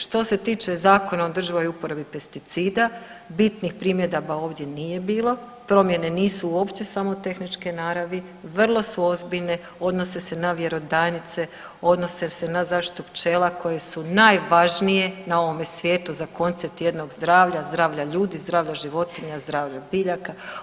Što se tiče Zakona o održivoj uporabi pesticida bitnih primjedaba ovdje nije bilo, promjene nisu uopće samo tehničke naravi, vrlo su ozbiljne odnose se na vjerodajnice, odnose se na zaštitu pčela koje su najvažnije na ovome svijetu za koncept jednog zdravlja, zdravlja ljudi, zdravlja životinja, zdravlja biljaka.